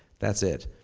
that's it,